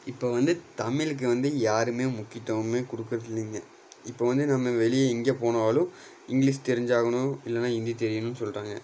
இப்போ வந்து தமிழுக்கு வந்து யாருமே முக்கியத்துவமே கொடுக்கறது இல்லைங்க இப்போது வந்து நம்ம வெளியே எங்கே போனாலும் இங்கிலிஷ் தெரிஞ்சாகணும் இல்லைன்னா ஹிந்தி தெரியணும்னு சொல்லுறாங்க